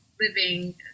Living